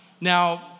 Now